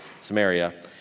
Samaria